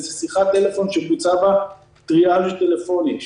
וזו שיחת טלפון שבוצע בה טריאז' טלפוני.